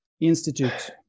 institute